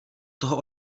toho